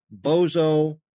Bozo